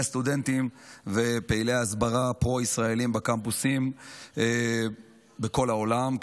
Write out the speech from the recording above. הסטודנטים ופעילי ההסברה הפרו-ישראליים בקמפוסים בכל העולם,